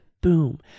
boom